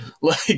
Like-